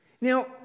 Now